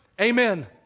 Amen